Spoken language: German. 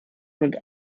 mit